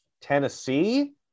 Tennessee